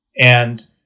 And-